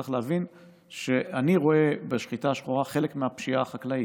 צריך להבין שאני רואה בשחיטה השחורה חלק מהפשיעה החקלאית.